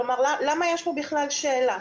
כלומר, למה יש פה בכלל שאלה?